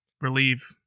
relieve